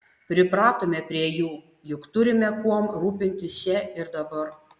pripratome prie jų juk turime kuom rūpintis čia ir dabar